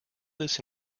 this